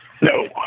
No